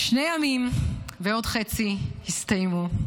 "שני ימים ועוד חצי הסתיימו".